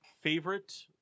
favorite